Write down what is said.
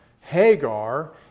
Hagar